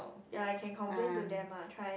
ya I can complain to them ah try